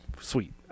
sweet